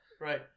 right